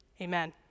Amen